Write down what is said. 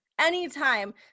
Anytime